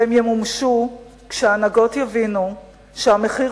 והן ימומשו כשההנהגות יבינו שהמחיר